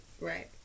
Right